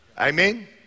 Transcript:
Amen